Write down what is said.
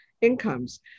incomes